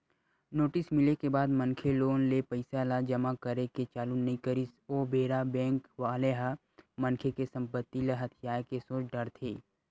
notice मिले के बाद मनखे लोन ले पइसा ल जमा करे के चालू नइ करिस ओ बेरा बेंक वाले ह मनखे के संपत्ति ल हथियाये के सोच डरथे